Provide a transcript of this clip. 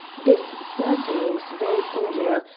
this certainly was very singular,